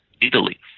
Italy